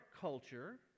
culture